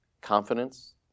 confidence